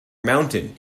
mountain